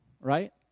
right